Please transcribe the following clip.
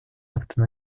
акты